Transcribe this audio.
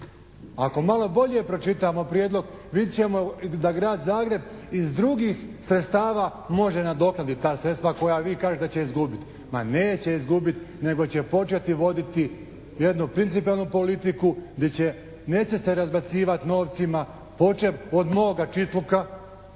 Ako malo bolje pročitamo prijedlog vidjet ćemo da Grad Zagreb iz drugih sredstava može nadoknaditi ta sredstva koja vi kažete da će izgubiti. Ma neće izgubiti nego će početi voditi jednu principijelnu politiku gdi će, neće se razbacivati novcima, počev od moga Čitluka,